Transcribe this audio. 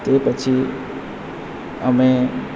તે પછી અમે